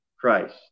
Christ